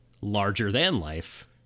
larger-than-life